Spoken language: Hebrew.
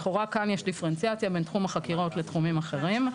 לכאורה כאן יש דיפרנציאציה בין תחום החקירות לתחומים אחרים.